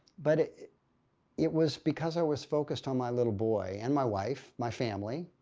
but it was because i was focused on my little boy and my wife, my family,